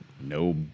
no